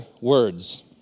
words